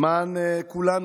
למען כולנו.